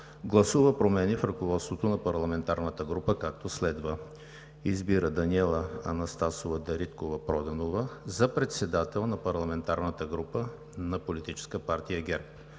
гласува промени в ръководството на парламентарната група, както следва: Избира Даниела Анастасова Дариткова-Проданова за председател на парламентарната група на Политическа партия ГЕРБ